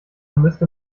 müsste